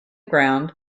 ground